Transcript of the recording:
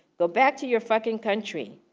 go back to your fucking country.